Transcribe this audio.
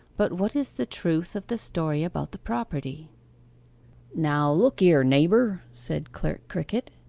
but what is the truth of the story about the property now look here, neighbour said clerk crickett,